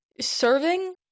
serving